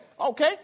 okay